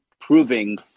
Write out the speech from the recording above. proving